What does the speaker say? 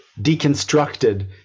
deconstructed